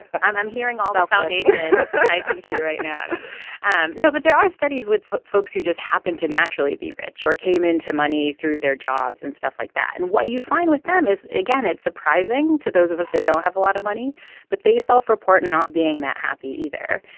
i'm i'm hearing all that foundation and see right now no but there are studies with folks who just happen to naturally be rich or came into money through their jobs and stuff like that and what you find with them is again it's surprising to those of us that don't have a lot of money but they self report not being that happy either.